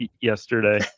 yesterday